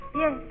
Yes